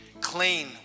clean